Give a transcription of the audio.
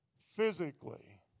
physically